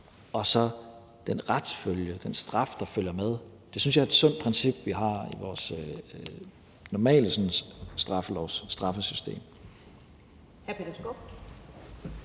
og så den retsfølge, den straf, der følger med. Det synes jeg er et sundt princip, vi har i vores sådan normale straffesystem.